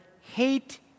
hate